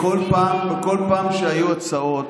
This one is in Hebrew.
כל פעם שהיו הצעות